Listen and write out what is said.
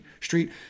street